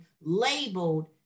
labeled